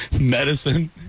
Medicine